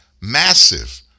massive